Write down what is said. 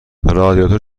رادیاتور